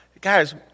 guys